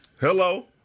Hello